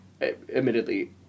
admittedly